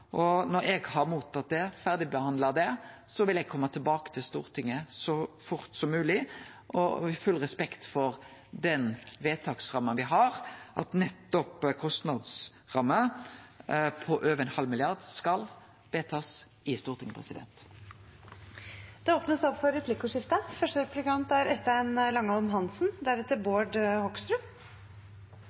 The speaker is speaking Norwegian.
Når eg har mottatt og ferdigbehandla det, vil eg kome tilbake til Stortinget så fort som mogleg – i full respekt for den vedtaksramma me har, at nettopp kostnadsrammer på over ein halv milliard skal vedtakast i Stortinget. Det blir replikkordskifte. Vedtaket i styringsgruppen for